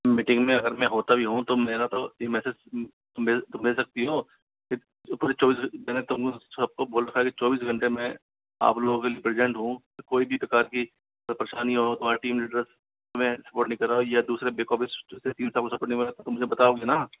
meeting में अगर में होता भी हूँ तो मेरा तो ये मैसेज तुम मिल सकती हो की पूरे चौबीस घंटे तुम सबको बोल रखा है कि चौबीस घंटे मे आप लोग के लिए प्रेजेंट हूँ तो कोई भी प्रकार की परेशानी हो तुम्हारे टीम लीडर तुम्हें सपोर्ट नहीं कर रहा हो या दूसरा बैक ओफिस्ट दिया था वो तो तुम मुझे बताओगे ना